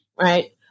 Right